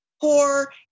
poor